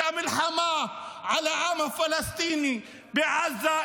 את המלחמה עם העם הפלסטיני בעזה,